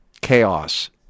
Chaos